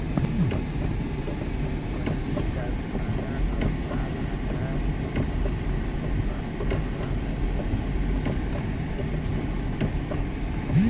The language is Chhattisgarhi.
जूट के पहिली कारखाना ह साल अठारा सौ उन्हत्तर म लगे रहिस